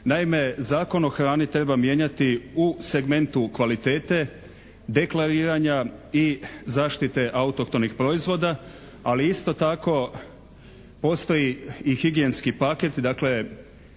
Naime Zakon o hrani treba mijenjati u segmentu kvalitete, deklariranja i zaštite autohtonih proizvoda, ali isto tako postoji i higijenski paket dakle